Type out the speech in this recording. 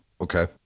okay